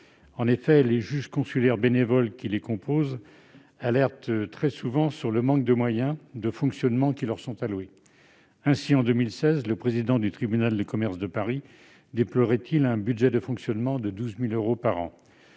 En effet, les juges consulaires bénévoles qui les composent alertent très souvent sur l'insuffisance des moyens de fonctionnement qui leur sont alloués. Ainsi, en 2016, le président du tribunal de commerce de Paris déplorait-il un budget de fonctionnement de 12 000 euros par an.